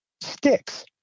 sticks